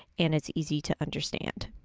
and it's easy to understand.